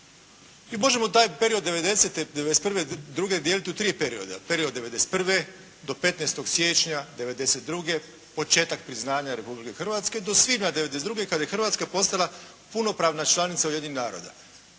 I možemo taj period 90., 91., 92. dijeliti u tri perioda. Period 91. do 15. siječnja, 92. početak priznanja Republike Hrvatske do svibnja 1992. kada je Hrvatska postala punopravna članica Ujedinjenih naroda.